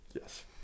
Yes